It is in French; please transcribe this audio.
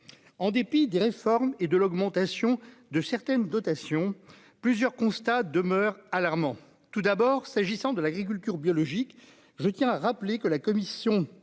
en dépit des réformes et de l'augmentation de certaines dotations plusieurs constats demeure alarmant : tout d'abord s'agissant de l'agriculture biologique, je tiens à rappeler que la Commission européenne